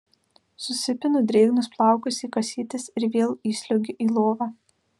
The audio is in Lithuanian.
susipinu drėgnus plaukus į kasytes ir vėl įsliuogiu į lovą